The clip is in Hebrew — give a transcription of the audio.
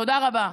תודה רבה.